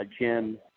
Jim